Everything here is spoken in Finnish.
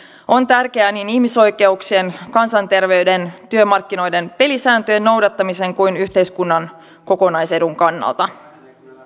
on tärkeää niin ihmisoikeuksien kansanterveyden työmarkkinoiden pelisääntöjen noudattamisen kuin yhteiskunnan kokonaisedun kannalta